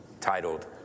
titled